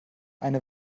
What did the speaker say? eine